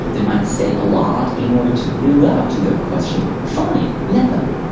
they might say a lot in order to build up to their question. fine, let them.